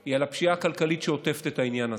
הוא הפשיעה הכלכלית שעוטפת את העניין הזה.